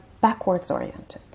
backwards-oriented